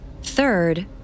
Third